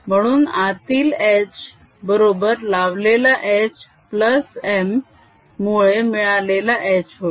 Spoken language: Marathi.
म्हणून आतील h बरोबर लावलेला h m मुळे मिळालेला h होय